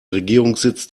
regierungssitz